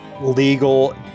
legal